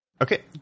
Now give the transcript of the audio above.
Okay